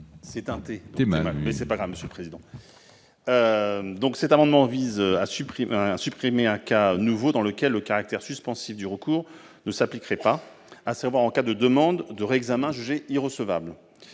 Cet amendement vise à supprimer un cas nouveau dans lequel le caractère suspensif du recours ne s'appliquerait pas : en cas de demande de réexamen jugée irrecevable.